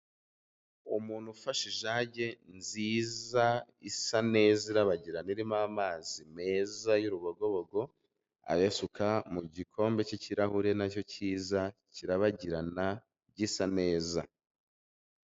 Umuntu ufashe ijage nziza isa neza irabagirana irimo amazi meza y'urubogobogo, ayasuka mu gikombe cy'ikirahure nacyo cyiza kirabagirana gisa neza.